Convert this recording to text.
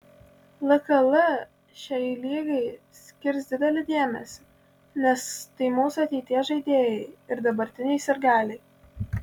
lkl šiai lygai skirs didelį dėmesį nes tai mūsų ateities žaidėjai ir dabartiniai sirgaliai